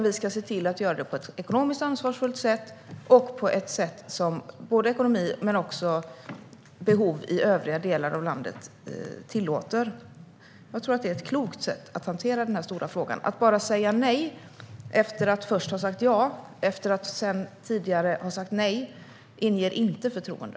Vi ska se till att göra det på ett ekonomiskt ansvarsfullt sätt och på ett sätt som behoven i övriga delar av landet tillåter. Jag tror att det är ett klokt sätt att hantera denna stora fråga. Att bara säga nej, efter att först ha sagt ja och sedan tidigare ha sagt nej, inger inte förtroende.